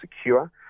secure